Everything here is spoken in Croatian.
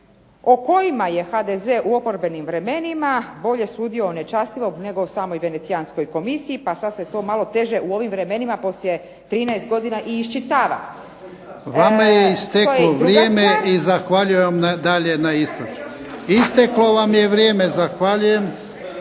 o kojima je HDZ u oporbenim vremenima bolje sudio nečastivog nego samoj Venecijanskoj komisiji, pa sada se to malo teže u ovim vremenima poslije 13 godina i iščitava. **Jarnjak, Ivan (HDZ)** Vama je isteklo vrijeme i zahvaljujem dalje na ispravku. Idemo dalje sa raspravom.